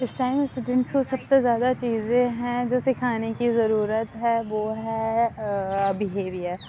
اس time جن کو سب سے زیادہ چیزیں ہیں جو سکھانے کی ضرورت ہے وہ ہے بیہیویر